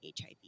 HIV